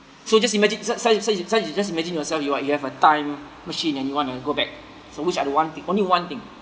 so just imagine sa~ saja saja saja just imagine yourself you uh you have a time machine and you want to go back so which are the one thing only one thing